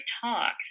talks